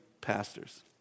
pastors